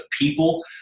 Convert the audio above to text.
people